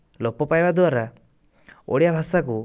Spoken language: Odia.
ଲୋପ ପାଇବା ଦ୍ୱାରା ଓଡ଼ିଆ ଭାଷାକୁ